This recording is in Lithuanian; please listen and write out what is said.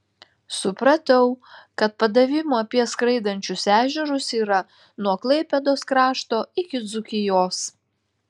supratau kad padavimų apie skraidančius ežerus yra nuo klaipėdos krašto iki dzūkijos